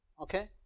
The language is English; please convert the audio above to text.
Okay